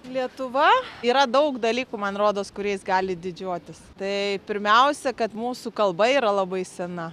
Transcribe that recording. lietuva yra daug dalykų man rodos kuriais gali didžiuotis tai pirmiausia kad mūsų kalba yra labai sena